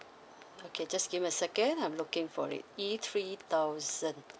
okay just give me a second I'm looking for it E three thousand